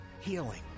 healing